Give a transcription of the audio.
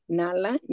nala